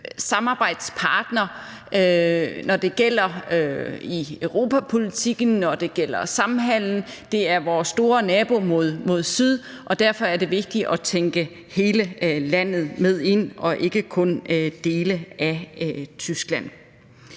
samarbejdspartner, når det gælder europapolitikken, når det gælder samhandelen – det er vores store nabo mod syd – så derfor er det vigtigt at tænke hele landet med ind og ikke kun dele af Tyskland.